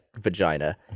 vagina